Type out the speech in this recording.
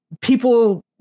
people